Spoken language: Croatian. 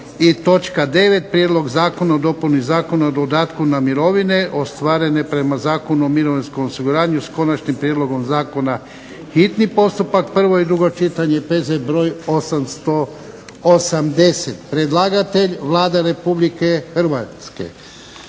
879. 9. Prijedlog zakona o dopuni Zakona o dodatnu na mirovine ostvarene prema Zakonu o mirovinskom osiguranju, s Konačnim prijedlogom zakona, hitni postupak, prvo i drugo čitanje, P.Z. br. 880. Predlagatelj Vlada Republike Hrvatske,